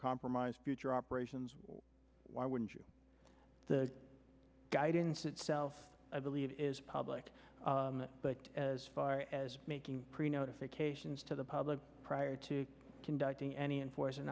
compromised future operations why wouldn't you the guidance itself i believe is public but as far as making pretty notifications to the public prior to conducting any in force